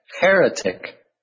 heretic